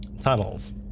tunnels